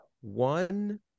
One